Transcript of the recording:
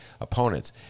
opponents